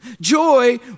Joy